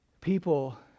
people